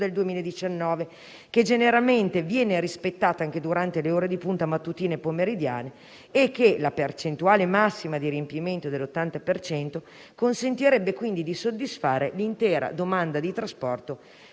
che generalmente viene rispettata anche durante le ore di punta mattutine e pomeridiane; e che la percentuale massima di riempimento dell'80 per cento consentirebbe, quindi, di soddisfare l'intera domanda di trasporto